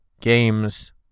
games